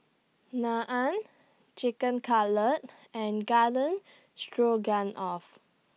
Naan Chicken Cutlet and Garden Stroganoff